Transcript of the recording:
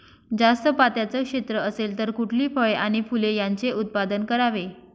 जास्त पात्याचं क्षेत्र असेल तर कुठली फळे आणि फूले यांचे उत्पादन करावे?